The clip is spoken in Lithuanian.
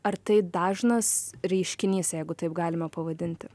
ar tai dažnas reiškinys jeigu taip galime pavadinti